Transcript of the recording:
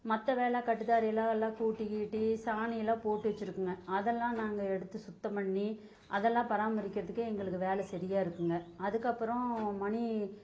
மற்றதெல்லாம் கட்டுத்தரையில் எல்லாம் கூட்டி கீட்டி சாணியெல்லாம் போட்டு வச்சிருக்குங்க அதெல்லாம் நாங்கள் எடுத்து சுத்தம் பண்ணி அதெல்லாம் பராமரிக்கிறதுக்கே எங்களுக்கு வேலை சரியா இருக்குங்க அதுக்கப்புறம் மணி